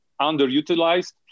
underutilized